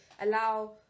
allow